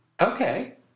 okay